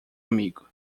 amigo